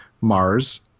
Mars